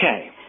Okay